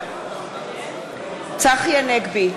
בעד צחי הנגבי,